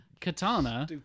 katana